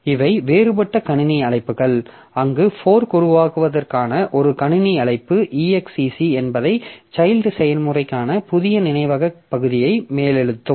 இவை வேறுபட்ட கணினி அழைப்புகள் அங்கு ஃபோர்க் உருவாக்குவதற்கான ஒரு கணினி அழைப்பு exec என்பது சைல்ட் செயல்முறைக்கான புதிய நினைவக பகுதியை மேலெழுதும்